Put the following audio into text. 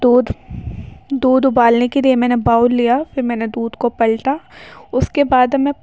دودھ دودھ ابالنے کے لیے میں نے باؤل لیا پھر میں نے دودھ کو پلٹا اس کے بعد ہمیں